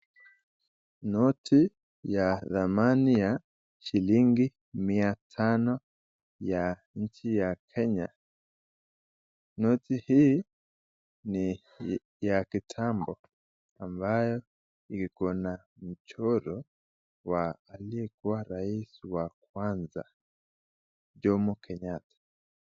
Noti ya thamani ya shilingi mia tano ya nchi ya Kenya. Noti hii ni ya kitambo ambayo iko na mchoro wa aliyekua rais wa kwanza, Jomo Kenyatta.